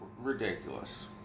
ridiculous